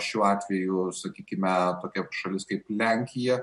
šiuo atveju sakykime tokia šalis kaip lenkija